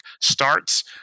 starts